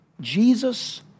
Jesus